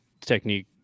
technique